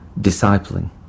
discipling